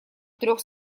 трёх